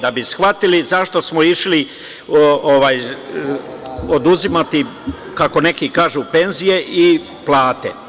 Da bi shvatili zašto smo išli oduzimati, kako neki kažu, penzije i plate.